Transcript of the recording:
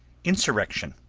insurrection,